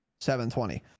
720